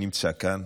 שנמצא כאן.